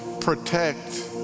protect